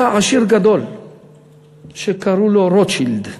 היה עשיר גדול שקראו לו רוטשילד,